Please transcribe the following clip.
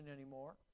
anymore